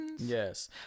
Yes